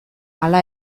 hala